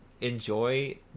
enjoy